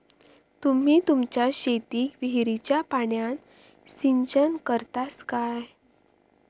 तुम्ही तुमच्या शेतीक विहिरीच्या पाण्यान सिंचन करतास काय?